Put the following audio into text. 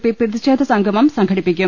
P പ്രതിഷേധ സംഗമം സംഘടിപ്പിക്കും